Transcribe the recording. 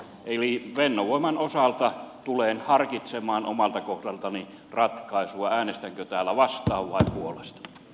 eli fennovoiman osalta tulen harkitsemaan omalta kohdaltani ratkaisua äänestänkö täällä vastaan vai puolesta